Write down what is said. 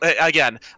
again